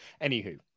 Anywho